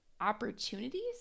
opportunities